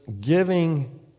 Giving